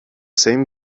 same